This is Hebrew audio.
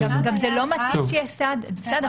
גם זה לא מכיר כסעד --- בסדר,